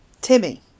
Timmy